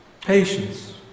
patience